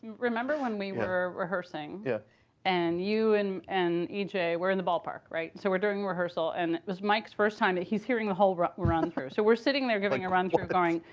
remember when we were rehearsing yeah and you and and e j. were in the ballpark, right? so we're doing rehearsal. and it was mike's first time that he's hearing the whole run run through. so we're sitting there giving a run through going,